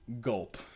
Gulp